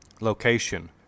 Location